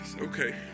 Okay